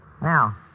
Now